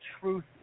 truth